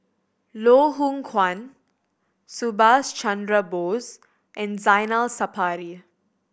Loh Hoong Kwan Subhas Chandra Bose and Zainal Sapari